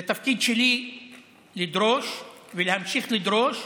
זה תפקיד שלי לדרוש, ולהמשיך לדרוש,